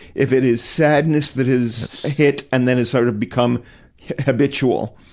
if it is sadness that is hit, and then it sort of becomes habitual,